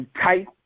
tight